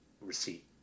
receipt